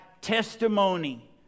testimony